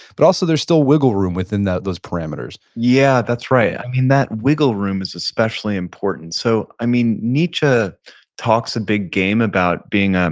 but also there's still wiggle room within those parameters. yeah. that's right. i mean, that wiggle room is especially important. so i mean, nietzsche talks a big game about being, um